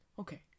okay